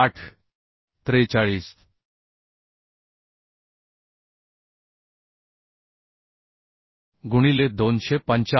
43 गुणिले 285